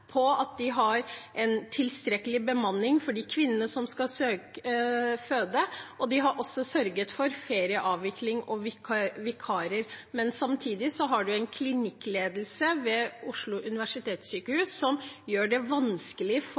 tilstrekkelig bemanning for de kvinnene som skal føde, og de har også sørget for ferieavvikling og vikarer. Samtidig har man en klinikkledelse ved Oslo universitetssykehus som gjør det vanskelig for